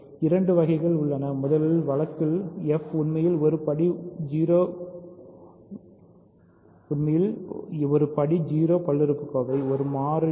இரண்டு வகை கள் உள்ளன முதல் வழக்கில்fஉண்மையில் ஒரு படி 0 பல்லுறுப்புக்கோவை ஒரு மாறிலி